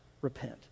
repent